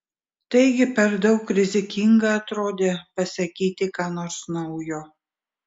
taigi per daug rizikinga atrodė pasakyti ką nors naujo